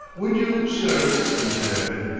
would you, sir, he demanded,